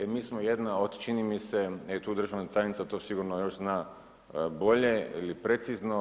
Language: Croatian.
Mi smo jedna od čini mi se, da je tu državna tajnica to sigurno još zna bolje ili precizno.